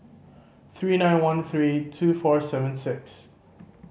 three nine one three two four seven six